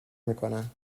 میکنن